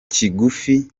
kigufi